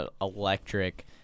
electric